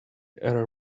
error